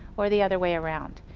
or the other way around.